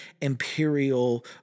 imperial